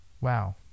Wow